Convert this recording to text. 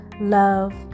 love